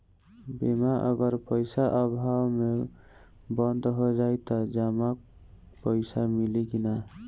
बीमा अगर पइसा अभाव में बंद हो जाई त जमा पइसा मिली कि न?